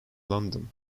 london